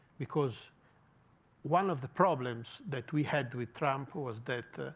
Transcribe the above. because one of the problems that we had with trump was that